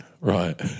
Right